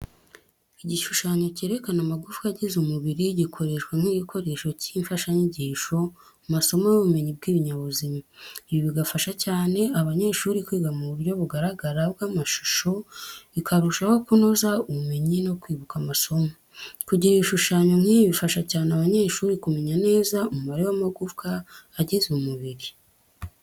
Igishushanyo cyerekana amagufwa agize umubiri gikoreshwa nk’igikoresho cy’imfashanyigisho mu masomo y’ubumenyi bw’ibinyabuzima. Ibi bigafasha cyane abanyeshuri kwiga mu buryo bugaragara bw'amashusho, bikarushaho kunoza ubumenyi no kwibuka amasomo. Kugira ibishushanyo nk’ibi bifasha cyane abanyeshuri kumenya neza umubare w'amagufwa agize umubiri.